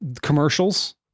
Commercials